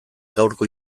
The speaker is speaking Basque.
gaurko